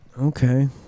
Okay